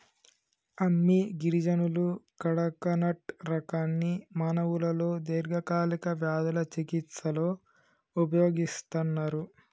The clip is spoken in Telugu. అమ్మి గిరిజనులు కడకనట్ రకాన్ని మానవులలో దీర్ఘకాలిక వ్యాధుల చికిస్తలో ఉపయోగిస్తన్నరు